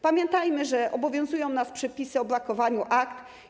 Pamiętajmy, że obowiązują nas przepisy o brakowaniu akt.